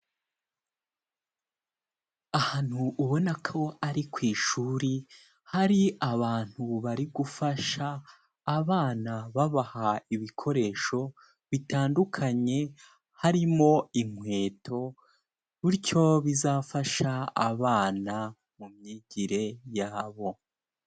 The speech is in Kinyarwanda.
Ahantu ubona ko ari ku ishuri, hari abantu bari gufasha abana babaha ibikoresho bitandukanye, harimo inkweto bityo bizafasha abana mu myigire yabo.